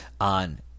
on